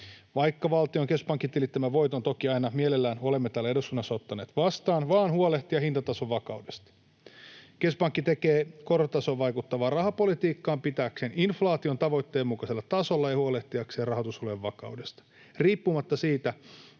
valtiolle tilittämän voiton toki aina mielellämme olemme täällä eduskunnassa ottaneet vastaan — vaan huolehtia hintatason vakaudesta. Keskuspankki tekee korkotasoon vaikuttavaa rahapolitiikkaa pitääkseen inflaation tavoitteen mukaisella tasolla ja huolehtiakseen rahoitusolojen vakaudesta, riippumatta siitä,